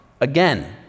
again